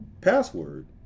password